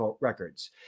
records